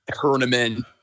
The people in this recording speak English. tournament